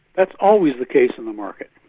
that's always the case in the market,